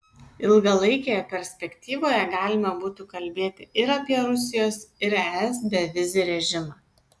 ilgalaikėje perspektyvoje galima būtų kalbėti ir apie rusijos ir es bevizį režimą